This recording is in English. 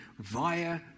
via